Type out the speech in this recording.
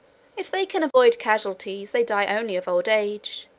if they can avoid casualties, they die only of old age,